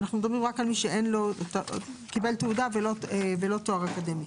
אנחנו מדברים רק על מי שקיבל תעודה ולא תואר אקדמי.